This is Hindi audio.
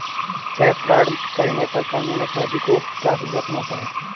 चेक फ्रॉड करने पर कानून अपराधी को क्या सजा सुनाता है?